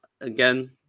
again